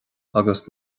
agus